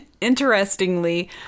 interestingly